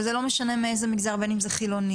וזה לא משנה מאיזה מגזר בין אם זה חילוני,